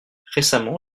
récemment